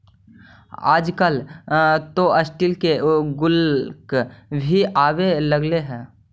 आजकल तो स्टील के गुल्लक भी आवे लगले हइ